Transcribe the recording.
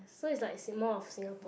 so is like s~ more of Singapore